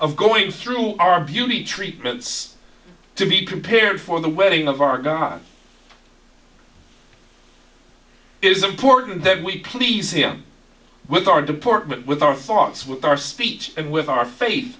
of going through our beauty treatments to be prepared for the wedding of our god is important that we please him with our department with our thoughts with our speech and with our faith